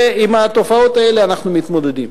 ועם התופעות האלה אנחנו מתמודדים.